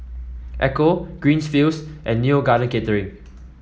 Ecco Greenfields and Neo Garden Catering